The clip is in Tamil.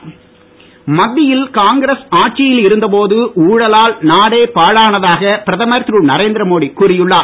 மோடி மத்தியில் காங்கிரஸ் ஆட்சியில் இருந்த போது ஊழலால் நாடே பாழானதாக பிரதமர் திரு நரேந்திரமோடி கூறி உள்ளார்